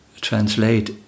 translate